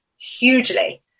hugely